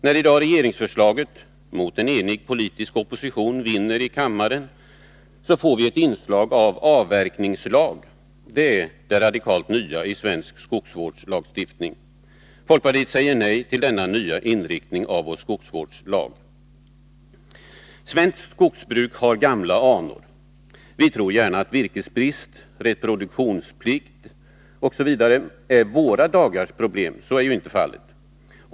När i dag regeringsförslaget — mot en enig politisk opposition — vinner i kammaren, får vi ett inslag av avverkningslag. Det är det radikalt nya i svensk skogsvårdslagstiftning. Folkpartiet säger nej till denna nya inriktning av vår skogsvårdslag. Svenskt skogsbruk har gamla anor. Vi tror gärna att virkesbrist, reproduktionsbrist osv. är våra dagars problem. Så är inte fallet.